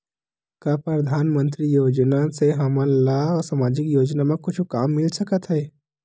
का परधानमंतरी योजना से हमन ला सामजिक योजना मा कुछु काम मिल सकत हे?